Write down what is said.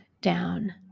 down